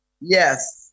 Yes